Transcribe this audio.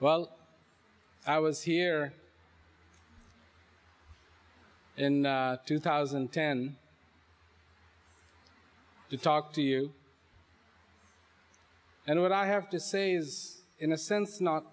well i was here in two thousand and ten to talk to you and what i have to say is in a sense not